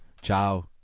ciao